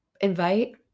invite